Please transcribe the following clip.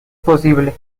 posible